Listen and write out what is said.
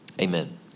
Amen